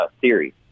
series